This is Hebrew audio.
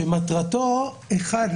שמטרתו: אחד,